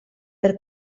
per